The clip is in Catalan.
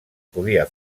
podia